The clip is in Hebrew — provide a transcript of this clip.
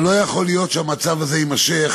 אבל לא יכול להיות שהמצב הזה יימשך.